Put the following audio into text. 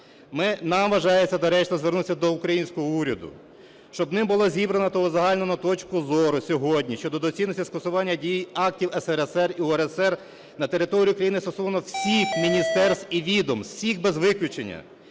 Нам вважається доречним звернутися до українського уряду, щоб ним було зібрано та узагальнено точку зору сьогодні щодо доцільності скасування дії актів СРСР і УРСР на території України стосовно всіх міністерств і відомств, всіх без виключення.